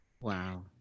Wow